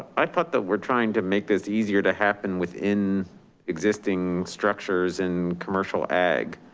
i thought that we're trying to make this easier to happen within existing structures in commercial ag.